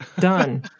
done